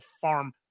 farm